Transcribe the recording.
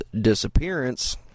disappearance